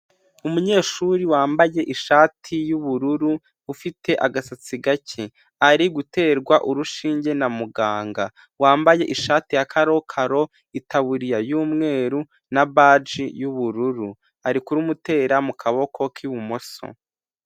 Umunyeshuri wambaye ishati y'ubururu ufite agasatsi gake, ari guterwa urushinge na muganga wambaye ishati ya karokaro, itaburiya y'umweru na baji y'ubururu, ari kurumutera mu kaboko k'ibumoso.